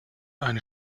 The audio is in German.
eine